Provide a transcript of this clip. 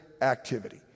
activity